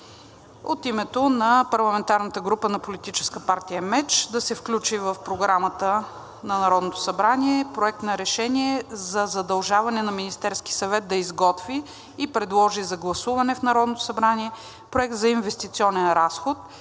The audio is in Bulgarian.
от името на парламентарната група на Политическа партия МЕЧ – да се включи в програмата на Народното събрание Проект на решение за задължаване на Министерския съвет да изготви и предложи за гласуване в Народното събрание проект за инвестиционен разход